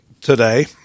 today